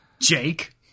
Jake